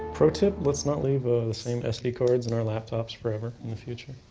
protip let's not leave ah the same sd cards in our laptops forever and the future.